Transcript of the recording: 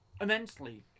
immensely